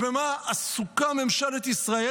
ובמה עסוקה ממשלת ישראל?